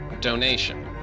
donation